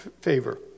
favor